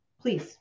please